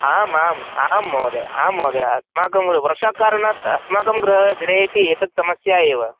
आम् आम् आम् महोदय आम् महोदय अस्माकं वर्षाकारणात् अस्माकं गृहे गृहे अपि एतत् समस्या एव